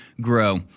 grow